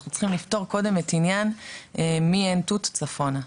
אנחנו צריכים לפתור קודם את עניין מעין תות צפונה.